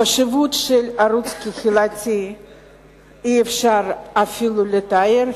את החשיבות של ערוץ קהילתי אי-אפשר אפילו לתאר,